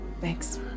thanks